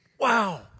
Wow